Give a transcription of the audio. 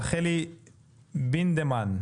רחלי בינדמן,